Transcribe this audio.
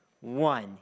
one